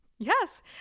Yes